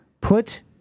Put